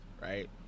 right